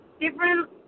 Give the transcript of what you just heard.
Different